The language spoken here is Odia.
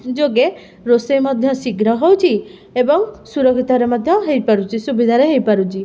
ଯୋଗେ ରୋଷେଇ ମଧ୍ୟ ଶୀଘ୍ର ହେଉଛି ଏବଂ ସୁରକ୍ଷିତରେ ମଧ୍ୟ ହେଇପାରୁଛି ସୁବିଧାରେ ହେଇପାରୁଛି